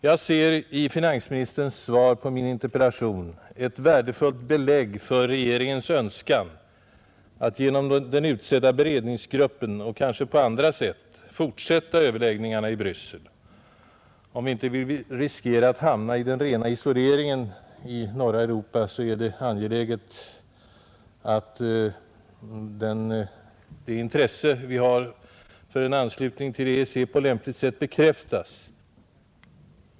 Jag ser i finansministerns svar på min interpellation ett värdefullt belägg för regeringens önskan att genom den utsedda beredningsgruppen och kanske på andra sätt fortsätta överläggningarna i Bryssel. Om vi inte vill riskera att hamna i den rena isoleringen här uppe i norra Europa, så är det angeläget att den önskan vi har om en anslutning till EEC på lämpligt sätt bekräftas.